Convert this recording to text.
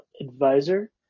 advisor